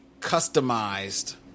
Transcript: customized